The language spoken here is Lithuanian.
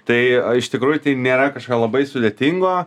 tai a iš tikrųjų tai nėra kažką labai sudėtingo